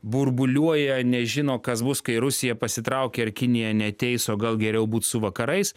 burbuliuoja nežino kas bus kai rusija pasitraukia ar kinija neateis o gal geriau būt su vakarais